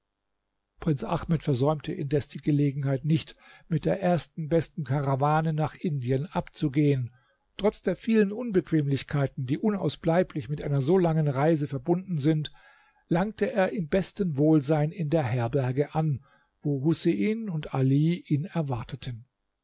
prinz ahmed versäumte indes die gelegenheit nicht mit der ersten besten karawane nach indien abzugehen trotz der vielen unbequemlichkeiten die unausbleiblich mit einer so langen reise verbunden sind langte er im besten wohlsein in der herberge an wo husein und ali ihn erwarteten